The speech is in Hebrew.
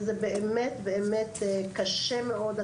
זה באמת קשה מאוד.